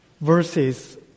verses